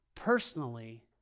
personally